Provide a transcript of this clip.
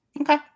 okay